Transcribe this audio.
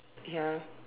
ya